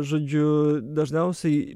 žodžiu dažniausiai